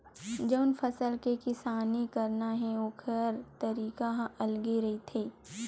जउन फसल के किसानी करना हे ओखर तरीका ह अलगे रहिथे